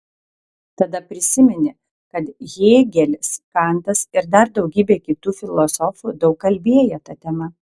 tada prisiminė kad hėgelis kantas ir dar daugybė kitų filosofų daug kalbėję ta tema